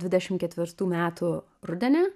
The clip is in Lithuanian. dvidešim ketvirtų metų rudenį